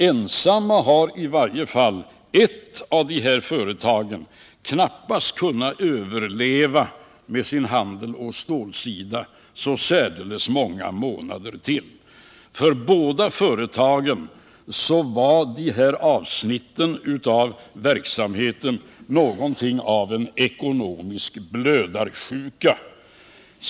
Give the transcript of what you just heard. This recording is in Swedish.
Ensamt hade i varje fall ett av de här företagen knappast kunnat överleva med sin handelsoch stålsida så särdeles många månader till. För båda företagen var de här avsnitten av verksamheten någonting av en ekonomisk blödarsjuka.